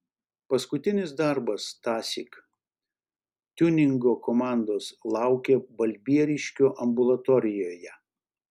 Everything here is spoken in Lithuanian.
paskutinis darbas tąsyk tiuningo komandos laukė balbieriškio ambulatorijoje